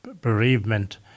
bereavement